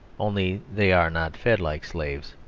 only they are not fed like slaves.